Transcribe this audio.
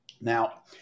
Now